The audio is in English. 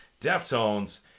Deftones